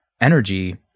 energy